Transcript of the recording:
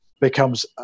becomes